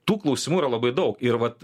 tų klausimų yra labai daug ir vat